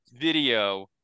video